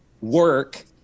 work